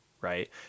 Right